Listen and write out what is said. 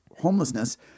homelessness